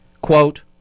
quote